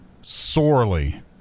sorely